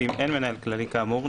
ואם אין מנהל כללי כאמור,